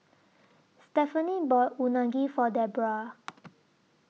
Stephaine bought Unagi For Debroah